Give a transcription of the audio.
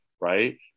right